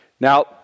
Now